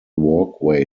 walkway